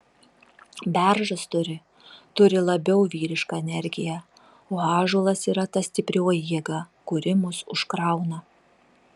beržas turi turi labiau vyrišką energiją o ąžuolas yra ta stiprioji jėga kuri mus užkrauna